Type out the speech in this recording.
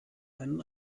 einen